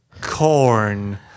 corn